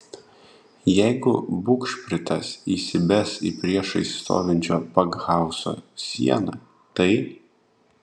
jeigu bugšpritas įsibes į priešais stovinčio pakhauzo sieną tai